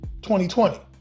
2020